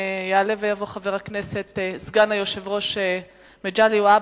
יעלה ויבוא חבר הכנסת וסגן היושב-ראש מגלי והבה,